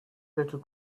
little